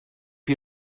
you